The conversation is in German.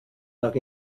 nach